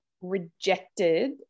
rejected